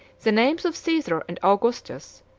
the names of caesar and augustus,